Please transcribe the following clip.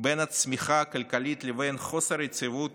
בין הצמיחה הכלכלית לבין חוסר היציבות